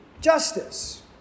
justice